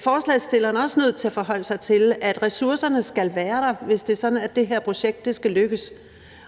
forslagsstilleren også nødt til at forholde sig til, at ressourcerne skal være der, hvis det er sådan, at det her projekt skal lykkes.